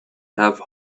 have